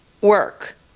work